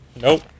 Nope